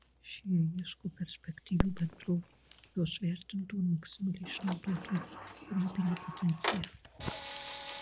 šie ieško perspektyvių bendrovių kurios vertintų ir maksimaliai išnaudotų jų kūrybinį potencialą